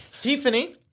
Tiffany